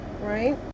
Right